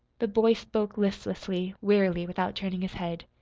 the boy spoke listlessly, wearily, without turning his head.